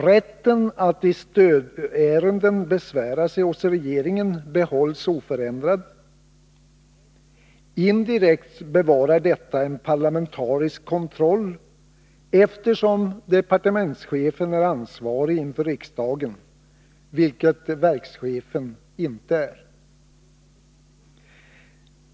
Rätten att i stödärenden besvära sig hos regeringen behålls oförändrad. Indirekt bevarar detta en parlamentarisk kontroll, eftersom departementschefen är ansvarig inför riksdagen, vilket verkschefen inte är.